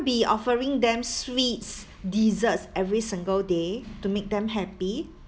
be offering them sweets desserts every single day to make them happy